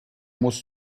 muss